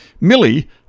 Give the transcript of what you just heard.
Millie